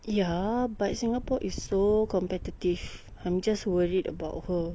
ya but singapore is so competitive I'm just worried about her